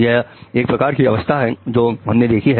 यह एक प्रकार की अवस्था है जो हमने देखी है